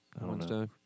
Wednesday